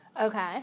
Okay